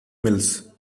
mills